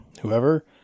whoever